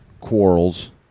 quarrels